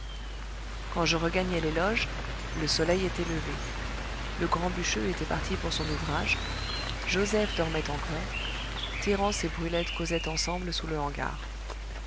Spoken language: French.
quand je regagnai les loges le soleil était levé le grand bûcheux était parti pour son ouvrage joseph dormait encore thérence et brulette causaient ensemble sous le hangar